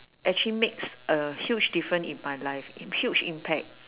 actually makes a huge different in my life huge impact